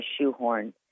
shoehorn